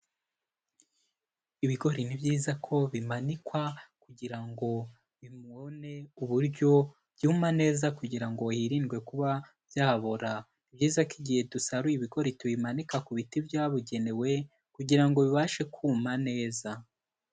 Ibigori ni byiza ko bimanikwa kugira ngo bibone uburyo byuma neza kugira ngo hirindwe kuba byabora, ni byiza ko igihe dusaruye ibigori tubimanika ku biti byabugenewe kugira ngo bibashe kuma neza.